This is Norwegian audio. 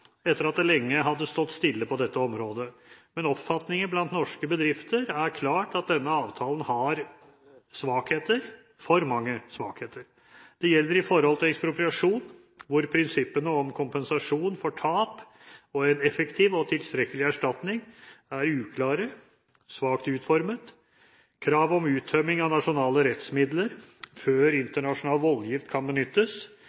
etter at det lenge hadde stått stille på dette området, men oppfatningen blant norske bedrifter er klar; denne avtalen har svakheter – for mange svakheter. Det gjelder ekspropriasjon, hvor prinsippene om kompensasjon for tap og en effektiv og tilstrekkelig erstatning er uklare, er svakt utformet. Krav om uttømming av nasjonale rettsmidler før